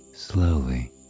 Slowly